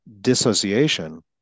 dissociation